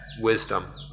wisdom